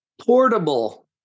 portable